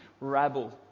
rabble